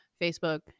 Facebook